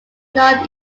known